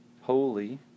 holy